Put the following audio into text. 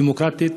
דמוקרטית,